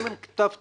אם אין כתב תביעה,